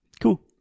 Cool